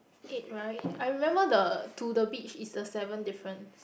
eight right I remember the to the beach is the seven different